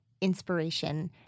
inspiration